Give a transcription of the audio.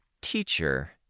Teacher